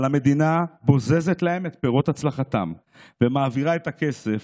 אבל המדינה בוזזת מהם את פירות הצלחתם ומעבירה את הכסף,